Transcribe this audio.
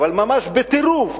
אבל ממש בטירוף,